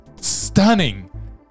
stunning